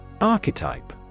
Archetype